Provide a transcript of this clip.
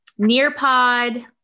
Nearpod